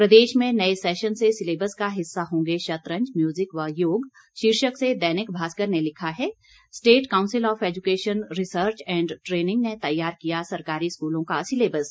प्रदेश में नए सेशन से सिलेबस का हिस्सा होंगे शतरज म्यूजिक व योग शीर्षक से दैनिक भास्कर ने लिखा है state council of education research and training ने तैयार किया सरकारी स्कूलों का सिलेबस